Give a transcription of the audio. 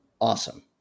awesome